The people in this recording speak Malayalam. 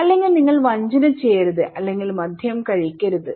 അല്ലെങ്കിൽ നിങ്ങൾ വഞ്ചന ചെയ്യരുത് അല്ലെങ്കിൽ മദ്യം കഴിക്കരുത്